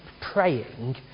praying